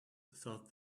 thought